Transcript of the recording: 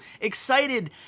excited